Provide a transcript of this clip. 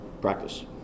practice